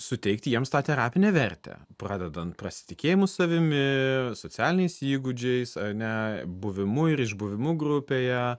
suteikti jiems tą terapinę vertę pradedant prasitikėjimu savimi ir socialiniais įgūdžiais ar ne buvimu ir išbuvimu grupėje